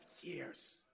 years